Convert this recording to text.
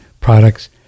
products